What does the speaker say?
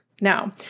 Now